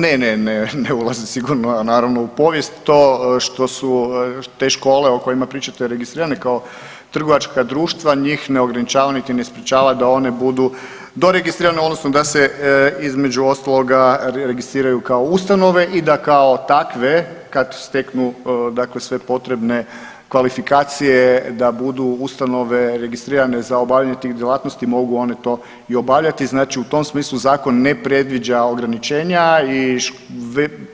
Ne, ne, ne ulazi sigurno, a naravno u povijest to što su te škole o kojima pričate registrirane kao trovačka društva njih ne ograničava niti ne sprečava da one budu do registrirane odnosno da se između ostaloga registriraju kao ustanove i da kao takve kad steknu sve potrebne kvalifikacije da budu ustanove registrirane za obavljanje tih djelatnosti mogu one to i obavljati, znači u tom smislu zakon ne predviđa ograničenja i